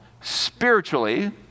spiritually